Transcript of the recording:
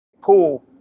cool